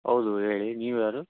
ಹೌದು ಹೇಳಿ ನೀವ್ಯಾರು